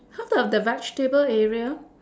how about the vegetable area